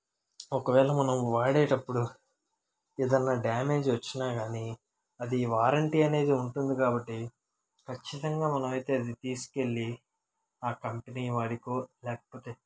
ఒకవేళ మనం వాడేటప్పుడు ఏదైన డ్యామేజ్ వచ్చినా కానీ అది వారంటీ అనేది ఉంటుంది కాబట్టి ఖచ్చితంగా మనమైతే అది తీసుకువెళ్ళి ఆ కంపెనీ వాడికో లేకపోతే